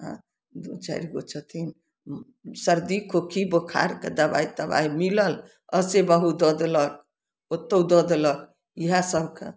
आओर दू चारि गो छथिन सर्दी खोखी बोखारके दबाइ तबाइ मिलल आशे बहुत दऽ देलक ओतौ दऽ देलक इएह सब कऽ